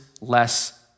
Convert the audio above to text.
less